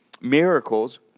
miracles